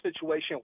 situation